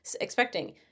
Expecting